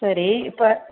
சரி இப்போ